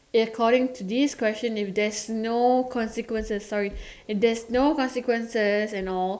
they are calling this question is there's no consequences sorry if there's no consequences and all